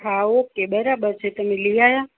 હા ઓકે બરાબર છે તમે લઈ આવ્યા